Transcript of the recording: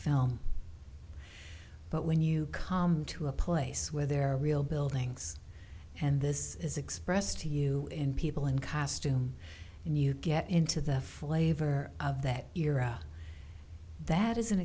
film but when you come to a place where there are real buildings and this is expressed to you in people in costume and you get into the flavor of that era that is an